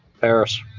Paris